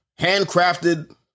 handcrafted